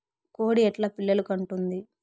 కోడి ఎట్లా పిల్లలు కంటుంది?